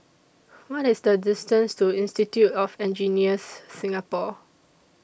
What IS The distance to Institute of Engineers Singapore